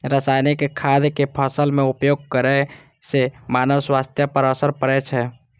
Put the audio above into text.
रासायनिक खादक फसल मे उपयोग करै सं मानव स्वास्थ्य पर असर पड़ै छै